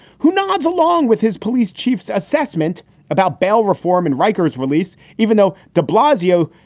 who nods along with his police chief's assessment about bail reform and rikers release. even though de blasio,